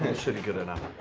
and shitty, good enough.